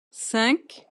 cinq